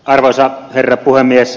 arvoisa herra puhemies